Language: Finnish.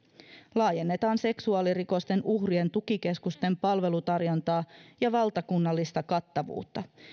laajennetaan seksuaalirikosten uhrien tukikeskusten palvelutarjontaa ja valtakunnallista kattavuutta